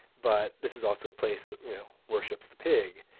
but this is also a place that you know worships the pig.